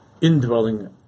indwelling